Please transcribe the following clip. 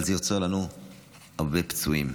אבל זה יוצר לנו הרבה פצועים,